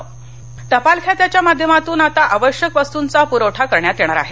टपाल खाते टपाल खात्याच्या माध्यमातून आता आवश्यक वस्तूंचा पुरवठा करण्यात येणार आहे